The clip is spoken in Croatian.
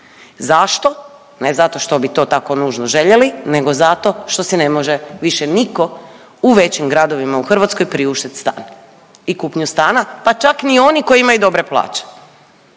Zašto? Ne zato što bi to tako nužno željeli, nego zato što si ne može više niko u većim gradovima u Hrvatskoj priuštit stan i kupnju stana, pa čak ni oni koji imaju dobre plaće.